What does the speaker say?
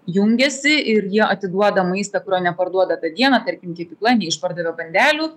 jungiasi ir jie atiduoda maistą kurio neparduoda tą dieną tarkim kepykla neišpardavė bandelių